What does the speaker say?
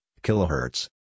kilohertz